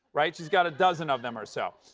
right? she's got a dozen of them or so.